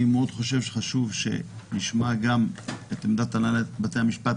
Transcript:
אני מאוד חשוב שחשוב שנשמע גם את עמדת הנהלת בתי המשפט,